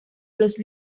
los